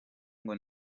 ngo